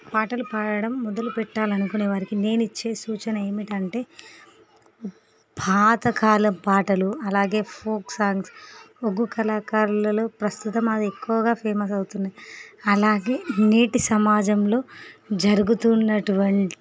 పాటలు పాడడం మొదలు పెట్టాలనుకునే వారికి నేనిచ్చే సూచన ఏమిటంటే పాత కాలం పాటలు అలాగే ఫోక్ సాంగ్స్ ఒక్కొక్క కళాకారులలో ప్రస్తుతం అది ఎక్కువగా ఫేమస్ అవుతున్నాయి అలాగే నేటి సమాజంలో జరుగుతున్నటువంటి